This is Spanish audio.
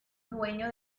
dueño